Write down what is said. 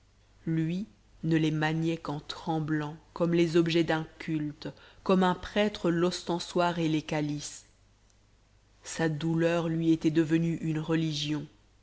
lui ne les maniait qu'en tremblant comme les objets d'un culte comme un prêtre l'ostensoir et les calices sa douleur lui était devenue une religion